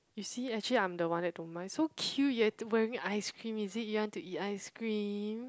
you see actually I'm the one that don't mind so cute you've to wearing ice cream is it you want to eat ice cream